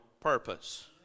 purpose